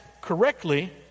correctly